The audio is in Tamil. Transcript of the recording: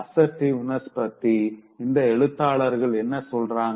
அசர்ட்டிவ்னஸ் பத்தி இந்த எழுத்தாளர்கள் என்ன சொல்றாங்க